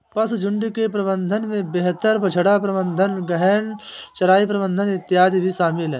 पशुझुण्ड के प्रबंधन में बेहतर बछड़ा प्रबंधन, गहन चराई प्रबंधन इत्यादि भी शामिल है